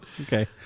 okay